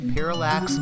Parallax